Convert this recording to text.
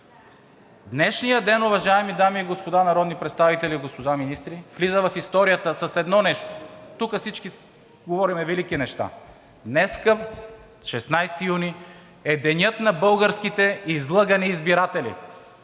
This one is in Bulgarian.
Днешният ден, уважаеми дами и господа народни представители и уважаеми министри, влиза в историята с едно нещо, тук всички говорим велики неща – днес, 16 юни, е денят на българските излъгани избиратели!